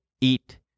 eat